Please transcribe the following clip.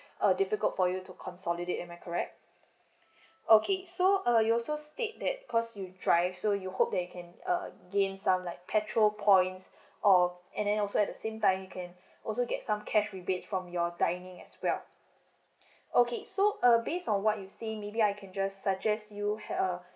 uh difficult for you to consolidate am I correct okay so uh you also state that cause you drive so you hope you can um gain some like petrol points or and then also at the same time you can also get some cash rebate from your dining as well okay so uh based on what you say maybe I can just suggest you have err